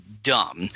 dumb